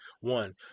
One